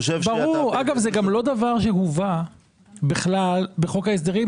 אגב, זה גם לא דבר שהובא בחוק ההסדרים.